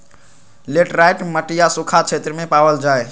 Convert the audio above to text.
laterite मटिया सूखा क्षेत्र में पावल जाहई